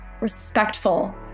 respectful